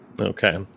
Okay